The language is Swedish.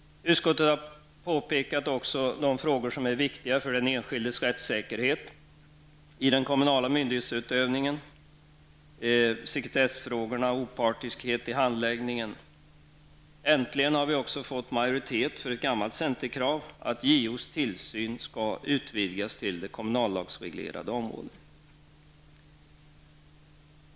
Utskottet har också påpekat de frågor i den kommunala myndighetsutövningen som är viktiga för den enskildes rättssäkerhet -- Vi har också äntligen fått majoritet för ett gammalt centerkrav, nämligen att JOs tillsyn skall utvidgas till kommunallagsreglerade områden.